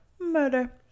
murder